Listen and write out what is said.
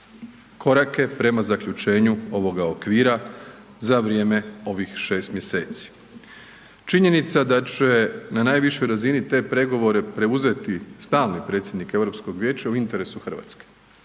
korake prema zaključenju ovoga okvira za vrijeme ovih 6 mjeseci. Činjenica da će na najvišoj razini te pregovore preuzeti stalni predsjednik EU vijeća u interesu Hrvatske.